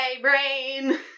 brain